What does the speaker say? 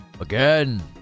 Again